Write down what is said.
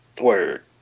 Word